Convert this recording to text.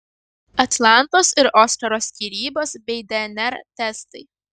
atlantos ir oskaro skyrybos bei dnr testai